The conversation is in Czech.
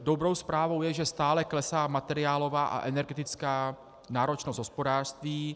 Dobrou zprávou je, že stále klesá materiálová a energetická náročnost hospodářství.